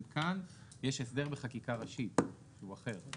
כאן יש הסדר בחקיקה ראשית שהוא אחר.